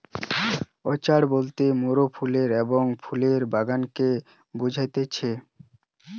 orchard বলতে মোরাফলের এবং ফুলের বাগানকে বুঝতেছি